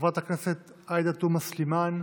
חברת הכנסת עאידה תומא סלימאן,